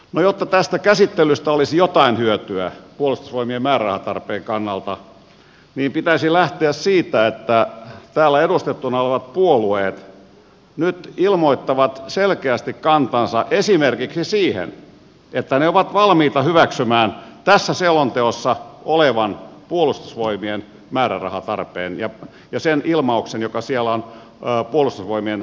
jotta tästä käsittelystä olisi jotain hyötyä puolustusvoimien määrärahatarpeen kannalta pitäisi lähteä siitä että täällä edustettuina olevat puolueet ilmoittavat nyt selkeästi kantansa esimerkiksi siihen että ne ovat valmiita hyväksymään tässä selonteossa olevan puolustusvoimien määrärahatarpeen ja sen ilmauksen joka siellä on puolustusvoimien toimesta annettu